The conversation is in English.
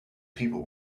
people